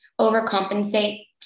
overcompensate